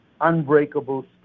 unbreakable